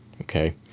okay